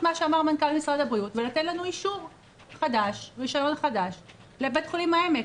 מה שאמר משרד הבריאות ולתת לנו רישיון חדש לבית החולים העמק.